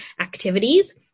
activities